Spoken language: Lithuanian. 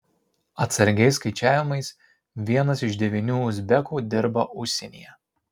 atsargiais skaičiavimas vienas iš devynių uzbekų dirba užsienyje